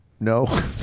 No